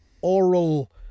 oral